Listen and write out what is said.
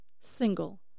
single